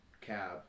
cab